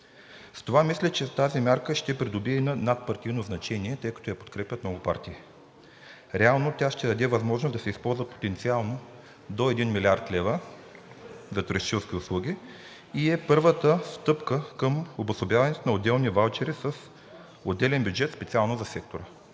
С това мисля, че тази мярка ще придобие надпартийно значение, тъй като я подкрепят много партии. Реално тя ще даде възможност да се използват потенциално до 1 млрд. лв. за туристически услуги и е първата стъпка към обособяването на отделни ваучери с отделен бюджет специално за сектора.